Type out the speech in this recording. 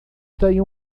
tem